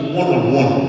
one-on-one